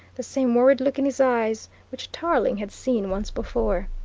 the same worried look in his eyes, which tarling had seen once before.